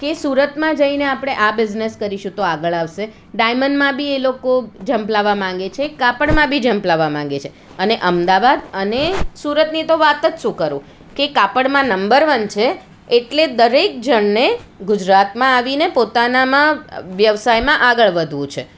કે સુરતમાં જઈને આપણે આ બિઝનેસ કરીશું તો આ આગળ આવશે ડાયમંડમાં બી એ લોકો જંપલાવવા માંગે છે કાપડમાં બી જંપલાવવા માંગે છે અને અમદાવાદ અને સુરતની તો વાત જ શું કરું કે કાપડમાં નંબર વન છે એટલે દરેક જણને ગુજરાતમાં આવીને પોતાનામાં વ્યવસાયમાં આગળ વધવું છે